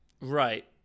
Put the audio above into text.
Right